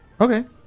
Okay